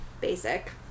basic